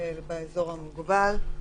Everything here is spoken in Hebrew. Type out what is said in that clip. באזור המוגבל.